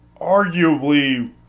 arguably